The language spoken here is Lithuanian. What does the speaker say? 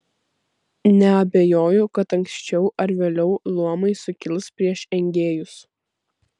neabejoju kad anksčiau ar vėliau luomai sukils prieš engėjus